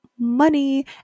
money